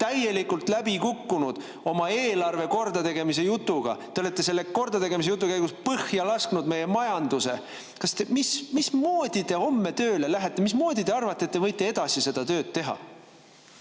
täielikult läbi kukkunud oma eelarve kordategemise jutuga. Te olete selle kordategemise jutu käigus põhja lasknud meie majanduse. Mismoodi te homme tööle lähete? Mismoodi te arvate, et te võite edasi seda tööd teha?